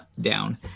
down